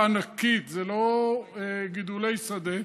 זו השקעה ענקית, זה לא גידולי שדה,